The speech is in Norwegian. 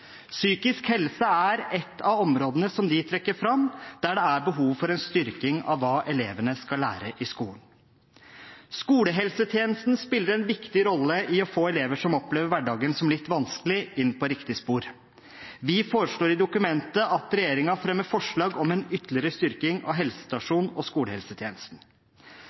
Psykisk helse er et av områdene som de trekker fram, der det er behov for en styrking av hva elevene skal lære i skolen. Skolehelsetjenesten spiller en viktig rolle i å få elever som opplever hverdagen som litt vanskelig, inn på riktig spor. Vi foreslår i dokumentet at regjeringen fremmer forslag om en ytterligere styrking av helsestasjonene og skolehelsetjenesten.